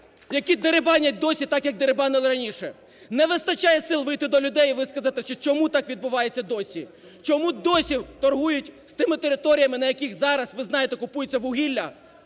які дерибанять досі, так, як дерибанили раніше. Не вистачає сил вийти до людей і висказати, чому так відбувається досі. Чому досі торгують з тими територіями, на яких зараз, ви знаєте, купується вугілля